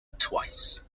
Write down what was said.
twice